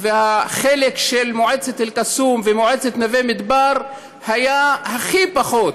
החלק של מועצת אל קסום ומועצת נווה מדבר היה הכי פחות.